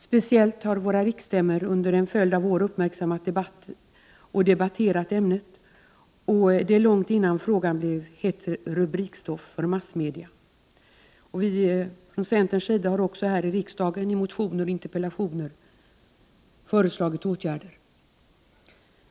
Särskilt våra riksstämmor har under en följd av år uppmärksammat debatten och debatterat ämnet, detta långt innan frågan blev hett rubrikstoff för massmedia. Vi från centerns sida har också här i riksdagen i motioner och interpellationer föreslagit åtgärder.